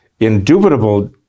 indubitable